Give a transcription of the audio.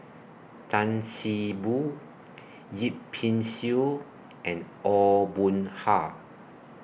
Tan See Boo Yip Pin Xiu and Aw Boon Haw